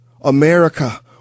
America